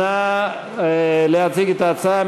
נא להציג את ההצעה.